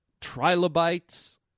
trilobites